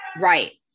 Right